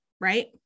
right